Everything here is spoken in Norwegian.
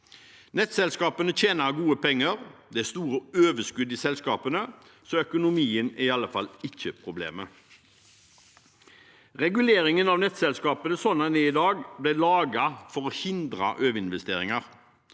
Nettselskapene tjener gode penger. Det er store overskudd i selskapene, så økonomien er i alle fall ikke problemet. Reguleringen av nettselskapene, slik den er i dag, ble laget for å hindre overinvesteringer.